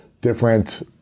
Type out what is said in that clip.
different